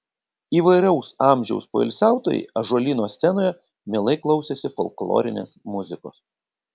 įvairaus amžiaus poilsiautojai ąžuolyno scenoje mielai klausėsi folklorinės muzikos